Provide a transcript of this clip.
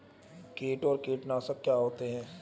कीट और कीटनाशक क्या होते हैं?